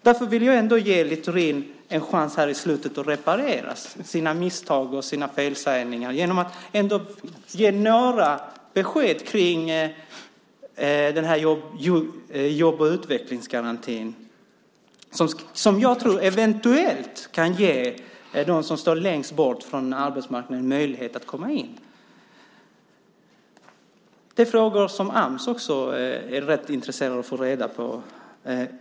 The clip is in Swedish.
Jag vill ändå ge Littorin en chans här i slutet att reparera sina misstag och sina felsägningar genom att ändå ge några besked kring jobb och utvecklingsgarantin, som jag tror eventuellt kan ge dem som står längst bort från arbetsmarknaden möjlighet att komma in. Det är frågor som Ams också är rätt intresserade av att få svaren på.